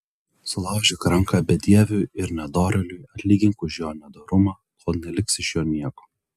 sulaužyk ranką bedieviui ir nedorėliui atlygink už jo nedorumą kol neliks iš jo nieko